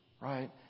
right